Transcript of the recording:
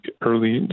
early